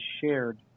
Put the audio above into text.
shared